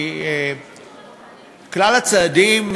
כי כלל הצעדים,